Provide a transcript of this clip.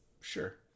Sure